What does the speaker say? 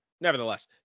nevertheless